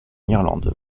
irlande